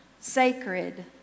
sacred